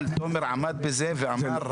תומר עמד בזה ואמר,